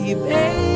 baby